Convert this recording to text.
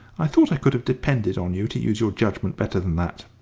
i thought i could have depended on you to use your judgment better than that!